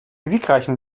siegreichen